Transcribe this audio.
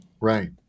right